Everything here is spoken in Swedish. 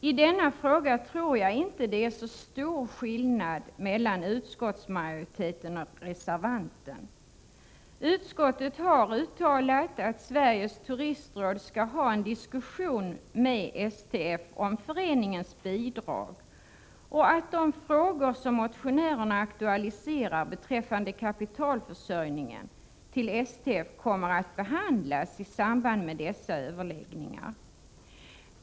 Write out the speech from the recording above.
I denna fråga tror jag inte att det är så stor skillnad mellan utskottsmajoritetens och reservantens uppfattning. Utskottet har uttalat att Sveriges turistråd skall ha en diskussion med STF om föreningens bidrag och att de frågor som motionärerna aktualiserar beträffande kapitalförsörjningen till STF kommer att behandlas i samband därmed.